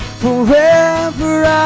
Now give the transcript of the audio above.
forever